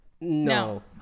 No